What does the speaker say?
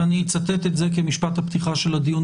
ואני אצטט את זה כמשפט הפתיחה של הדיון